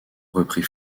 reprit